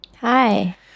Hi